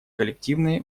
коллективные